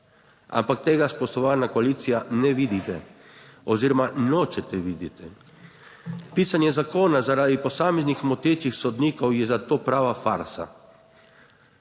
Ampak tega spoštovana koalicija ne vidite oziroma nočete videti. Pisanje zakona zaradi posameznih motečih sodnikov je zato prava farsa.